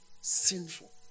sinful